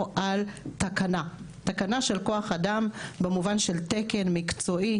על תקנה תקנה של כוח אדם במובן של תקן מקצועי.